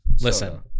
listen